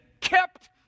kept